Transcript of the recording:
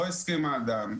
לא הסכים האדם,